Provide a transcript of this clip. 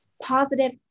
positive